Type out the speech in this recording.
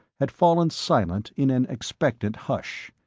had fallen silent in an expectant hush.